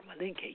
Malinke